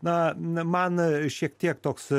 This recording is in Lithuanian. na na man šiek tiek toks